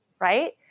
right